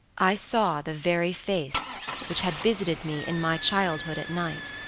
i saw the very face which had visited me in my childhood at night,